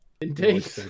Indeed